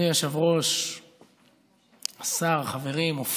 אדוני היושב-ראש, השר, חברים, אופיר,